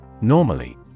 Normally